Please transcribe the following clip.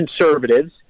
conservatives